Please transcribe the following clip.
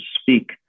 speak